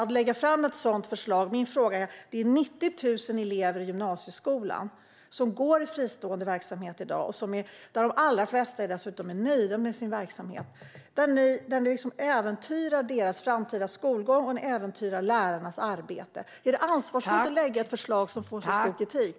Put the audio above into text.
I dag är det 90 000 elever som går i fristående gymnasier, och de flesta är nöjda. Nu äventyrar ni deras skolgång och lärarnas arbete. Är det ansvarsfullt att lägga fram ett förslag som fått så mycket kritik?